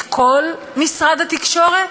את כל משרד התקשורת?